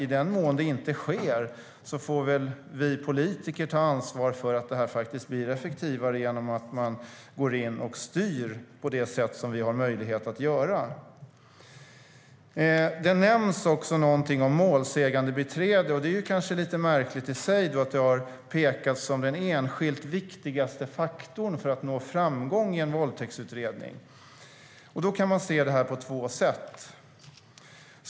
I den mån det inte sker får väl dock vi politiker ta ansvar för att det här faktiskt blir effektivare, genom att man går in och styr på det sätt vi har möjlighet att göra. Det nämns också någonting om målsägandebiträde, och det kanske är lite märkligt i sig att det har pekats ut som den enskilt viktigaste faktorn för att nå framgång i en våldtäktsutredning. Man kan se det på två sätt.